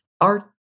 art